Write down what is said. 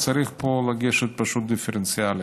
צריך פה לגשת פשוט דיפרנציאלית.